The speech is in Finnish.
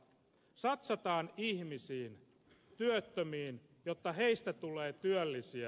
satsataan ihmisiin työttömiin jotta heistä tulee työllisiä